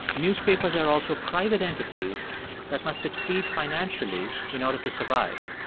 newspapers are also private entities that must succeed financially in order to survive.